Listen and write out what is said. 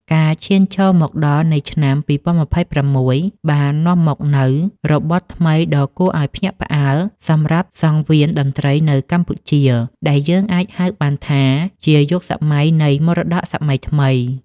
ការឈានចូលមកដល់នៃឆ្នាំ ២០២៦ បាននាំមកនូវរបត់ថ្មីដ៏គួរឱ្យភ្ញាក់ផ្អើលសម្រាប់សង្វៀនតន្ត្រីនៅកម្ពុជា ដែលយើងអាចហៅបានថាជាយុគសម័យនៃ មរតកសម័យថ្មី ។